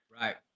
right